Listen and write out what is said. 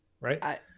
right